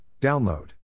Download